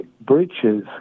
breaches